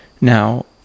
Now